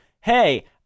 hey